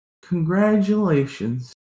Congratulations